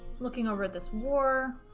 looking over this war